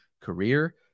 career